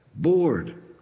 Bored